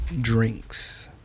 drinks